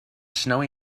snowy